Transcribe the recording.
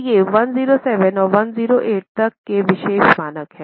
तो ये 107 से 108 तक के विशेष मानक हैं